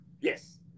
yes